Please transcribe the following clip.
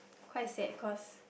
quite sad cause